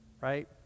right